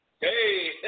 Hey